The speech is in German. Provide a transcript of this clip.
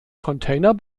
container